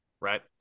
Right